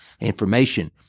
information